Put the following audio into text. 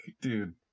dude